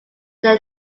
they